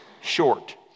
short